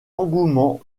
engouement